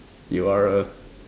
you are A